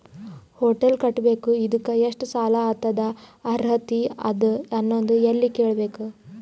Hotel ಕಟ್ಟಬೇಕು ಇದಕ್ಕ ಎಷ್ಟ ಸಾಲಾದ ಅರ್ಹತಿ ಅದ ಅನ್ನೋದು ಎಲ್ಲಿ ಕೇಳಬಹುದು?